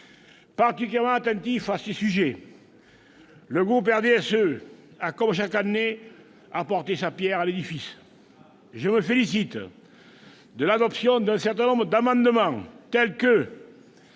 Particulièrement attentif à ces sujets, le groupe du RDSE a, comme chaque année, apporté sa pierre à l'édifice. Je me félicite de l'adoption d'un certain nombre d'amendements, tels que-